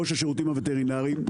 ראש השירותים הווטרינריים,